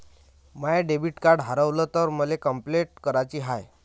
माय debit card हारवल तर मले कंपलेंट कराची हाय